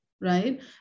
right